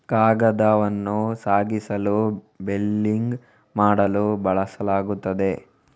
ಕಾಗದವನ್ನು ಸಾಗಿಸಲು ಬೇಲಿಂಗ್ ಮಾಡಲು ಬಳಸಲಾಗುತ್ತದೆ